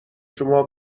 شما